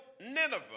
Nineveh